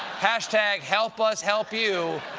hashtag help us help you,